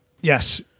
Yes